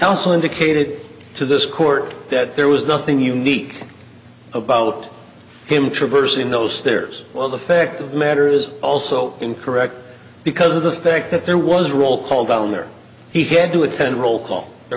also indicated to this court that there was nothing unique about him traversing those stairs well the fact of the matter is also incorrect because of the fact that there was roll call down there he had to attend rollcall there